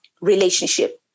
relationship